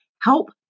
help